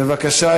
בבקשה.